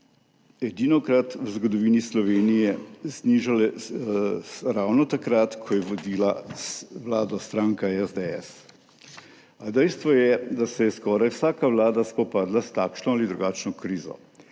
edinokrat v zgodovini Slovenije znižale ravno takrat, ko je Vlado vodila stranka SDS. Dejstvo je, da se je skoraj vsaka vlada spopadla s takšno ali drugačno krizo,